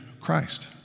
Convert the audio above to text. Christ